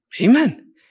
Amen